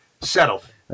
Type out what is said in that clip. Settled